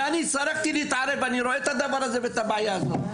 הצטרכתי להתערב ואני רואה את הדבר הזה ואת הבעיה הזאת.